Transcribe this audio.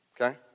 Okay